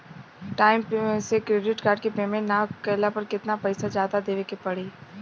Time से credit card के payment ना कैला पर केतना पईसा जादे देवे के पड़ी?